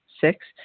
Six